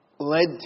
led